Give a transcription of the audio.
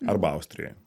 arba austrijoj